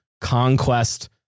conquest